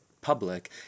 public